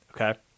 Okay